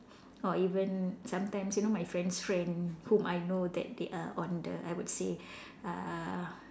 or even sometimes you know my friend's friend whom I know that they are on the I would say uh